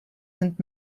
sind